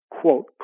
quote